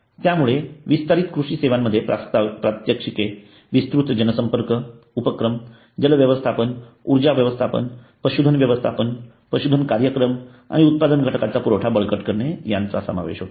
त्यामुळे विस्तारीत कृषी सेवांमध्ये प्रात्यक्षिके विस्तृत जनसंपर्क उपक्रम जल व्यवस्थापन ऊर्जा व्यवस्थापन पशुधन व्यवस्थापन पशुधन कार्यक्रम आणि उत्पादन घटकाचा पुरवठा बळकट करणे यांचा समावेश होतो